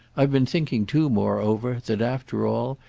i've been thinking too moreover that, after all,